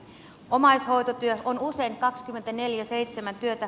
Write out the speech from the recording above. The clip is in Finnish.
omaishoitotyö on usein kaksikymmentäneljä seitsemän työtä